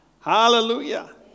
Hallelujah